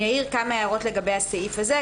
אני אעיר כמה הערות לגבי הסעיף הזה.